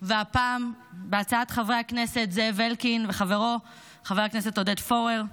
והפעם הצעת חברי הכנסת זאב אלקין וחברו חבר הכנסת עודד פורר,